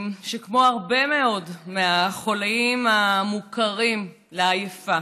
שכמו הרבה מאוד מהחוליים המוכרים לעייפה